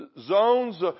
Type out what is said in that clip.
zones